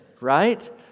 right